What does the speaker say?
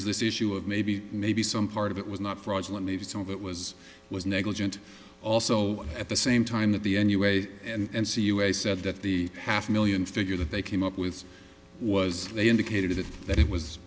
's this issue of maybe maybe some part of it was not fraudulent it's all that was was negligent also at the same time that the anyway and see us said that the half million figure that they came up with was they indicated that it was